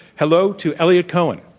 hello to eliot cohen.